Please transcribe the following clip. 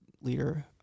leader